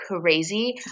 crazy